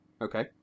Okay